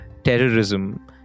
terrorism